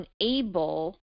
unable